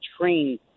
trained